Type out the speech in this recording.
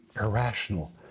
irrational